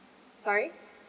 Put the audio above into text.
sorry